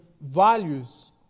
values